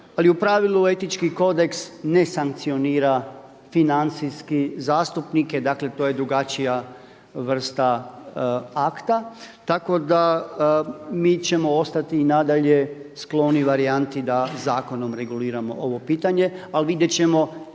Ali u pravilu etički kodeks ne sankcionira financijski zastupnike, dakle to je drugačija vrsta akta. Tako da mi ćemo ostati i nadalje skloni varijanti da zakonom reguliramo ovo pitanje ali vidjeti ćemo